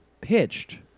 pitched